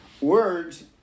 Words